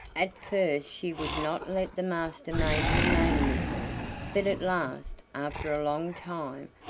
at first she would not let the master-maid remain with her but at last, after a long time,